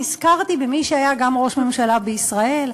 נזכרתי במי שהיה גם ראש ממשלה בישראל,